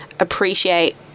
appreciate